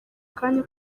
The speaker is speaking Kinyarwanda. kanya